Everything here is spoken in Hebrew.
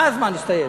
מה הזמן הסתיים?